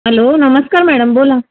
hello नमस्कार madam बोला